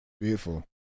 Beautiful